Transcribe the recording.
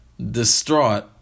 Distraught